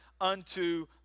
unto